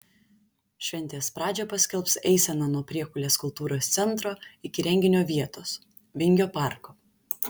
šventės pradžią paskelbs eisena nuo priekulės kultūros centro iki renginio vietos vingio parko